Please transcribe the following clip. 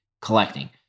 collecting